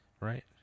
right